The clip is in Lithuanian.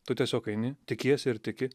tu tiesiog eini tikiesi ir tiki